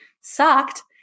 sucked